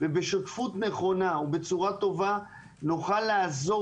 ובשותפות נכונה ובצורה טובה נוכל לצאת